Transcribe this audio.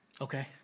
Okay